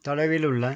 தொலைவில் உள்ள